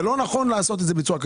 זה לא נכון לעשות את זה בצורה הזו.